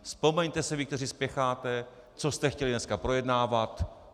Vzpomeňte si vy, kteří spěcháte, co jste chtěli dneska projednávat.